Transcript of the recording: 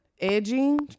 edging